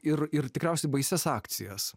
ir ir tikriausiai baisias akcijas